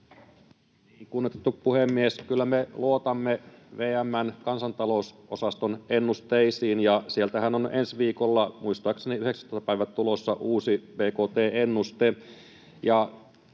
Kunnioitettu puhemies! Kyllä me luotamme VM:n kansantalousosaston ennusteisiin, ja sieltähän on ensi viikolla, muistaakseni 19. päivä, tulossa uusi bkt-ennuste,